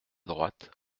droite